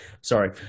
Sorry